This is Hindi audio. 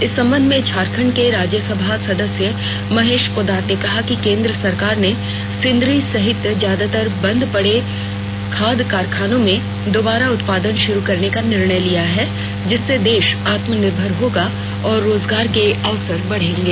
इस संबंध में झारखंड के राज्यसभा सदस्य महेश पोद्दार ने कहा कि केंद्र सरकार ने सिंदरी सहित ज्यादातर बंद पड़े खाद कारखानों में दोबारा उत्पादन शुरू करने का निर्णय लिया है जिससे देश आत्मनिर्भर होगा और रोजगार के अवसर बढ़ेंगे